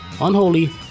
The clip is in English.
Unholy